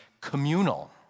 communal